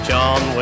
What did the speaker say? John